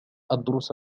أدرس